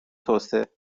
توسعه